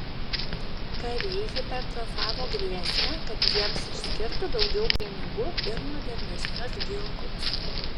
kariai hipertrofavo grėsmę kad jiems išskirtų daugiau pinigų ir modernesnius ginklus